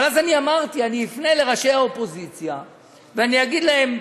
אבל אז אמרתי: אני אפנה לראשי האופוזיציה ואני אגיד להם,